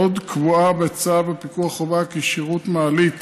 עוד קבועה בצו הפיקוח חובה כי שירות מעלית